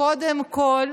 קודם כול,